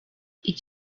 iki